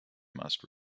must